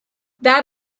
that